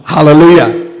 Hallelujah